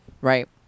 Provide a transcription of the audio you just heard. Right